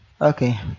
Okay